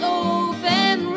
open